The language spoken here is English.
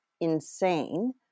insane